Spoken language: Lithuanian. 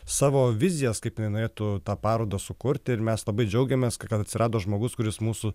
savo vizijas kaip ji norėtų tą parodą sukurti ir mes labai džiaugiamės kad atsirado žmogus kuris mūsų